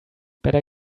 better